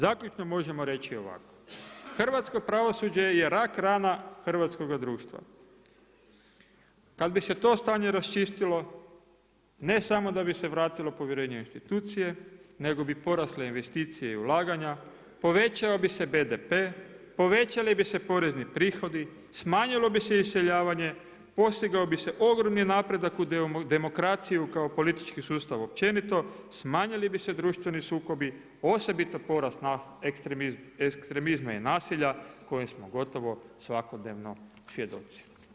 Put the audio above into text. Zaključno možemo reći ovako, hrvatsko pravosuđe je rak rana hrvatskoga društva. kad bi se to stanje raščistilo, ne samo da bi se vratilo povjerenje u institucije, nego bi porasle investicije i ulaganja, povećao bi se BDP, povećali bi se porezni prihodi, smanjilo bi se iseljavanje, postigao bise ogromni napredak u demokraciji kao politički sustav općenito, smanjili bi se društveni sukobi osobito porast ekstremizma i nasilja koji smo gotovo svakodnevno svjedoci.